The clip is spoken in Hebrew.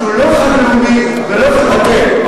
שהוא חג לאומי ולא חג דתי,